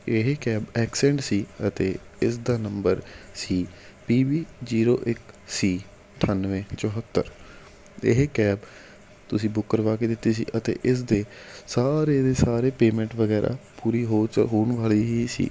ਇਹ cab Accent ਸੀ ਅਤੇ ਇਸਦਾ ਨੰਬਰ ਸੀ ਪੀ ਬੀ ਜ਼ੀਰੋ ਇੱਕ ਸੀ ਅਠਾਨਵੇਂ ਚੁਹੱਤਰ ਅਤੇ ਇਹ ਕੈਬ ਤੁਸੀਂ ਬੁੱਕ ਕਰਵਾ ਕੇ ਦਿੱਤੀ ਸੀ ਅਤੇ ਇਸ ਦੇ ਸਾਰੇ ਦੇ ਸਾਰੇ ਪੇਮੈਂਟ ਵਗੈਰਾ ਪੂਰੀ ਹੋ ਹੋਣ ਵਾਲੀ ਹੀ ਸੀ